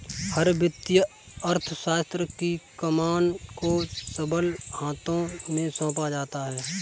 हर वित्तीय अर्थशास्त्र की कमान को सबल हाथों में सौंपा जाता है